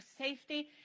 safety